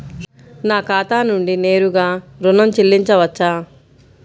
నా ఖాతా నుండి నేరుగా ఋణం చెల్లించవచ్చా?